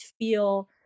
feel